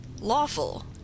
Lawful